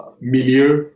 milieu